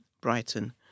Brighton